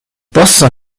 posso